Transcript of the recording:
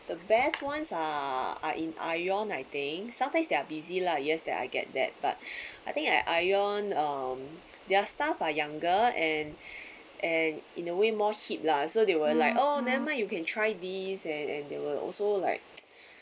the best ones are are in Ion I think sometimes they are busy lah yes that I get that but I think at ion um their staff are younger and and in a way more hip lah so they were like oh never mind you can try these and and they will also like